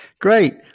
great